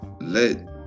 let